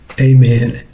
Amen